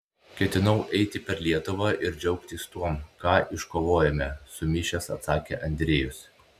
ketinau eiti per lietuvą ir džiaugtis tuom ką iškovojome sumišęs atsakė andriejus